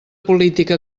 política